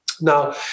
Now